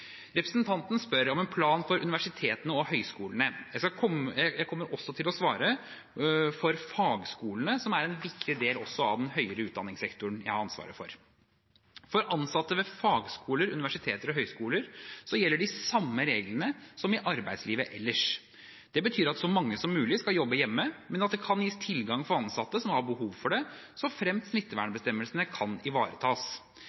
Representanten spør om en plan for universitetene og høyskolene. Jeg kommer til å svare også for fagskolene, som er en viktig del av den høyere utdanningssektoren jeg har ansvaret for. For ansatte ved fagskoler, universiteter og høyskoler gjelder de samme reglene som i arbeidslivet ellers. Det betyr at så mange som mulig skal jobbe hjemme, men at det kan gis tilgang for ansatte som har behov for det,